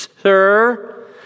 Sir